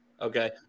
Okay